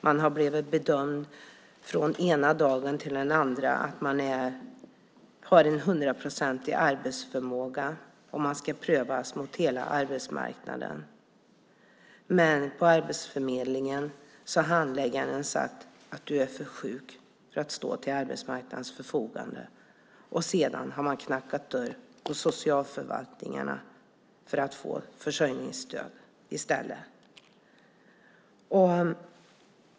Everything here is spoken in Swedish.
Det har blivit bedömt från ena dagen till den andra att de har en 100-procentig arbetsförmåga och att de ska prövas mot hela arbetsmarknaden. Men på Arbetsförmedlingen har handläggaren sagt: Du är för sjuk för att stå till arbetsmarknadens förfogande. Sedan har de knackat dörr hos socialförvaltningarna för att i stället få försörjningsstöd.